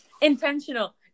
Intentional